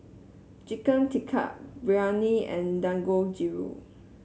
Chicken Tikka Biryani and Dangojiru